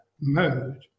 mode